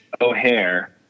O'Hare